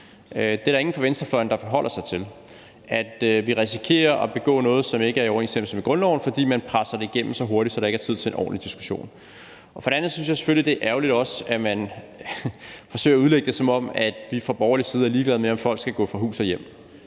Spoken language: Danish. Det er der ingen fra venstrefløjen der forholder sig til, nemlig at vi risikerer at begå noget, som ikke er i overensstemmelse med grundloven, fordi man presser det igennem så hurtigt, at der ikke er tid til en ordentlig diskussion. For det andet synes jeg selvfølgelig, det også er ærgerligt, at man forsøger at udlægge det, som om vi fra borgerlig side er ligeglade med, om folk skal gå fra hus og hjem.